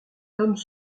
tomes